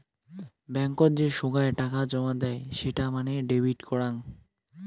বেঙ্কত যে সোগায় টাকা জমা দেয় সেটা মানে ডেবিট করাং